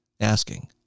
asking